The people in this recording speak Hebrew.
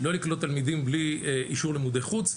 לא לקלוט תלמידים בלי אישור לימודי חוץ.